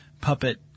puppet